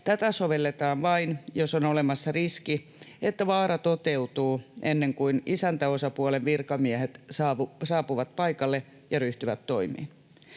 Tätä sovelletaan vain, jos on olemassa riski, että vaara toteutuu ennen kuin isäntäosapuolen virkamiehet saapuvat paikalle ja ryhtyvät toimiin.